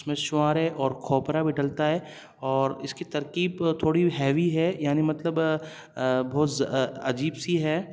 اس میں چھوارے اور کھوپرا بھی ڈلتا ہے اور اس کی ترکیب تھوڑی ہیوی ہے یعنی مطلب بہت عجیب سی ہے